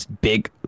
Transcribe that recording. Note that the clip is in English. big